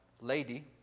lady